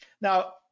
now